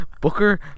Booker